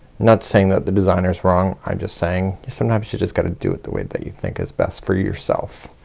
not saying that the designer is wrong i'm just saying sometimes you just gotta do it the way that you think is best for yourself.